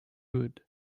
wood